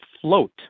float